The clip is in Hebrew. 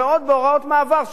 ועוד בהוראות מעבר 60,